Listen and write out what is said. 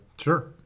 Sure